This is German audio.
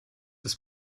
das